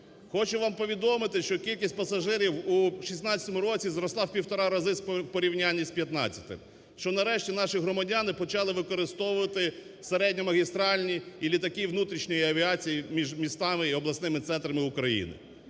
Хочу вам повідомити, що кількість пасажирів у 2026 році зросла в півтори рази у порівнянні з 2015 роком, що нарешті наші громадяни почали використовувати середньо-магістральні і літаки внутрішньої авіації між містами, і обласними центрами України.